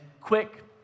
quick